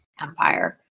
empire